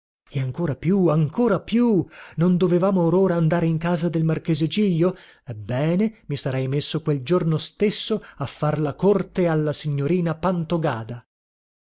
e ancora più ancora più non dovevamo or ora andare in casa del marchese giglio ebbene mi sarei messo quel giorno stesso a far la corte alla signorina